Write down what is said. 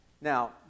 Now